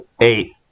eight